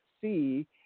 see